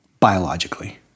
biologically